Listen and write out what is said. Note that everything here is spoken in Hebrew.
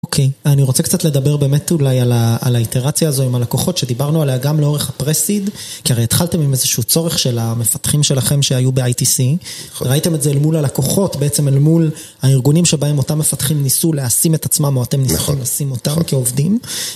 אוקיי, אני רוצה קצת לדבר באמת אולי על האיתרציה הזו עם הלקוחות, שדיברנו עליה גם לאורך הפרסיד, כי הרי התחלתם עם איזשהו צורך של המפתחים שלכם שהיו ב-ITC, ראיתם את זה אל מול הלקוחות, בעצם אל מול הארגונים שבהם אותם מפתחים ניסו להשים את עצמם, או אתם ניסו לשים אותם כעובדים.